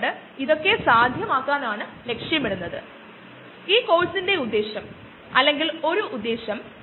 അതോടൊപ്പം അതു ആകാശത്തേക്കു തിരികെ ലഭിക്കുന്നു അത് ഇപ്പോഴും ഒരു നിഷ്പക്ഷ തരത്തിലുള്ള സാഹചര്യമാണ് അന്തരീക്ഷത്തിൽ ഭൂമിയിൽ നിന്നും കൂടുതൽ കാർബൺ ഡൈഓക്സൈഡ് ഒന്നും ഇല്ല